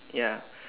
ya